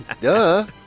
Duh